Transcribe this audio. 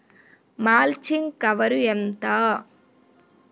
Mulching cover ఎంత?